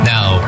Now